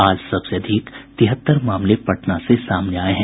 आज सबसे अधिक तिहत्तर मामले पटना से सामने आये हैं